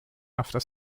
after